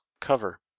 cover